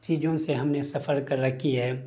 چیزوں سے ہمیں سفر کر رکھی ہے